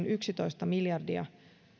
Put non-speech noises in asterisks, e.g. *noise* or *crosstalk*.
*unintelligible* yksitoista miljardia